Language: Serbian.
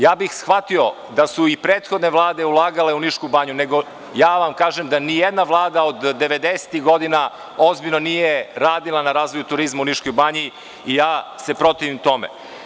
Ja bih shvatio da su i prethodne Vlade ulagale u Nišku banju, nego vam kažem da nijedna vlada od 90-tih godina ozbiljno nije radila na razvoju turizma u Niškoj banji i ja se protivim tome.